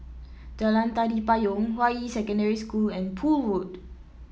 Jalan Tari Payong Hua Yi Secondary School and Poole Road